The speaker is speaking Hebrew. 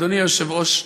אדוני היושב-ראש,